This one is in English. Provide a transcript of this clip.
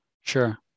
Sure